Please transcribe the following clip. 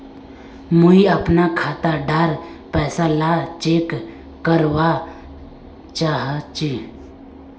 मुई अपना खाता डार पैसा ला चेक करवा चाहची?